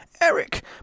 Eric